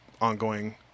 ongoing